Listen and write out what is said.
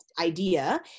idea